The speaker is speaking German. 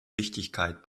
wichtigkeit